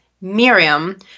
Miriam